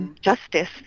Justice